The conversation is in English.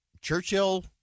Churchill—